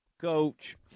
coach